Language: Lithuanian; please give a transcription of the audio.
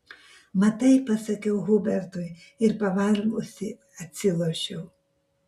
matai pasakiau hubertui ir pavargusi atsilošiau